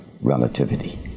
relativity